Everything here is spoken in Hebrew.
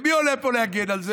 ומי עולה פה להגן על זה?